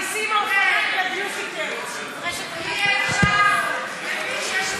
סגן השר ליצמן ישיב.